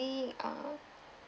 uh